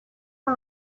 for